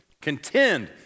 Contend